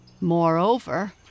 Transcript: Moreover